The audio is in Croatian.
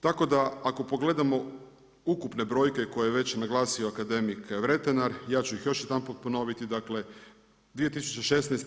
Tako da ako pogledamo ukupne brojke koje je već naglasio akademik Vretenar, ja ću ih još jedanput ponoviti dakle 2016.